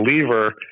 believer